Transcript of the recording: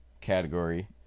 category